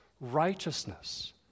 righteousness